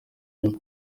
nyuma